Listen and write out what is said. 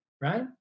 Right